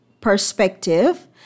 perspective